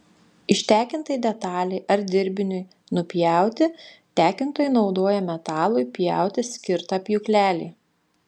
ištekintai detalei ar dirbiniui nupjauti tekintojai naudoja metalui pjauti skirtą pjūklelį